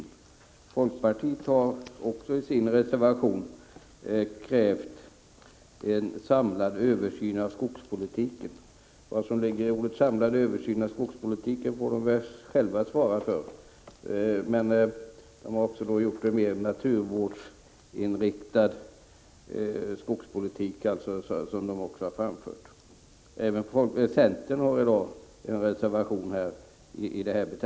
Också folkpartiet har i sin reservation krävt en samlad översyn av skogspolitiken. Vad som ligger i orden ”en samlad översyn av skogspolitiken” får de själva svara för. De har också framfört förslag om en mer naturvårdsinriktad skogspolitik. Även centern har en reservation om detta.